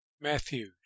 Matthew